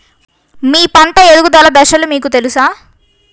మీ పంట ఎదుగుదల దశలు మీకు తెలుసా?